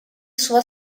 sua